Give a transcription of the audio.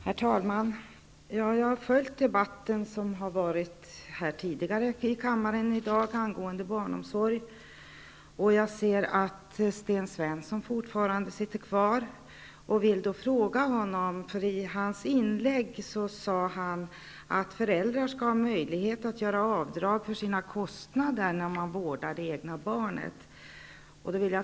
Herr talman! Jag har följt debatten som har pågått här i kammaren i dag angående barnomsorg. Jag ser att Sten Svensson fortfarande sitter kvar, och jag vill fråga honom vad han menade när han i sitt inlägg sade att föräldrar skall ha möjlighet att göra avdrag för sina kostnader när de vårdar det egna barnet.